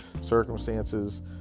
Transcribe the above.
circumstances